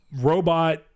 robot